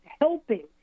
helping